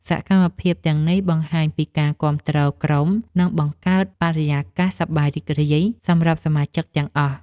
សកម្មភាពទាំងនេះបង្ហាញពីការគាំទ្រក្រុម និងបង្កើតបរិយាកាសសប្បាយរីករាយសម្រាប់សមាជិកទាំងអស់។